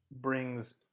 brings